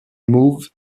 moved